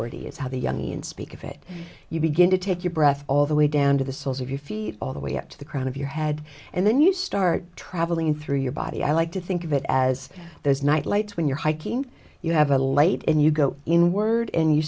interiority is how the young ian speak of it you begin to take your breath all the way down to the soles of your feet all the way up to the crown of your head and then you start travelling through your body i like to think of it as those night lights when you're hiking you have a late and you go in word in you